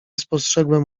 spostrzegłem